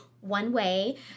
one-way